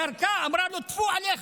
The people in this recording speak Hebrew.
ירקה ואמרה לו: טפו עליך.